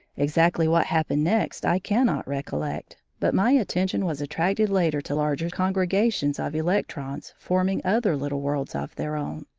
exactly what happened next i cannot recollect, but my attention was attracted later to larger congregations of electrons forming other little worlds of their own.